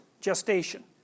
gestation